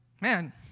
Man